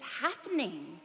happening